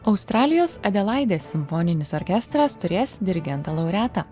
australijos adelaidės simfoninis orkestras turės dirigentą laureatą